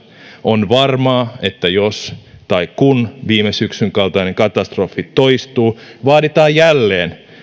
on varmaa että jos tai kun viime syksyn kaltainen katastrofi toistuu vaaditaan jälleen